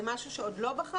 זה משהו שעוד לא בחנתם?